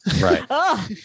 right